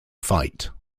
fight